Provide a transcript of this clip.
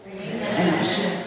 Amen